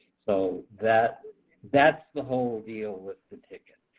so, that that's the whole deal with the ticket.